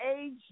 age